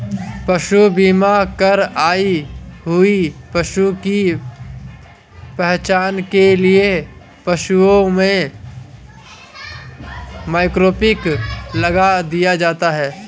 पशु बीमा कर आए हुए पशु की पहचान के लिए पशुओं में माइक्रोचिप लगा दिया जाता है